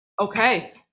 Okay